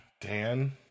Dan